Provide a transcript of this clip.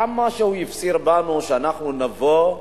כמה הוא הפציר בנו שאנחנו נבוא,